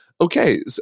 okay